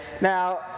Now